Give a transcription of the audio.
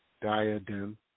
diadem